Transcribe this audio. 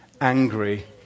angry